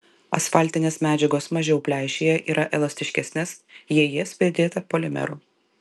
asfaltinės medžiagos mažiau pleišėja yra elastiškesnės jei į jas pridėta polimerų